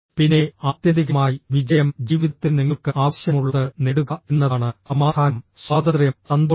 പിന്നെ ആത്യന്തികമായി വിജയം ജീവിതത്തിൽ നിങ്ങൾക്ക് ആവശ്യമുള്ളത് നേടുക എന്നതാണ് സമാധാനം സ്വാതന്ത്ര്യം സന്തോഷം